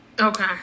okay